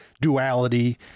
duality